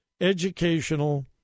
educational